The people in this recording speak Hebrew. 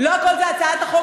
לא הכול זה הצעת החוק